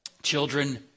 Children